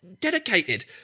dedicated